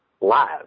live